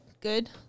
good